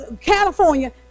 California